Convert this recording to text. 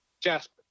Jasper